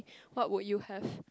what would you have